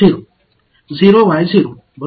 மாணவர்0 0 y 0 சரிதானே